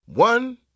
One